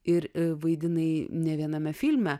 ir vaidinai nė viename filme